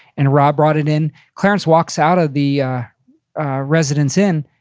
and rob brought it in. clarence walks out of the residence inn,